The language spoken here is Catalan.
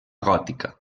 gòtica